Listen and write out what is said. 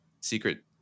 Secret